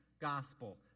gospel